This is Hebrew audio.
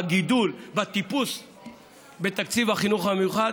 בגידול, בטיפוס בתקציב החינוך המיוחד,